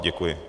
Děkuji.